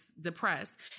depressed